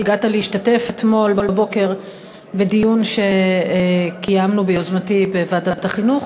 הגעת אתמול בבוקר לדיון שקיימנו ביוזמתי בוועדת החינוך